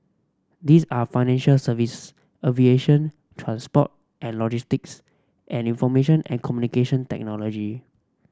these are financial service aviation transport and logistics and information and Communication Technology